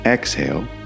Exhale